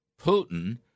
Putin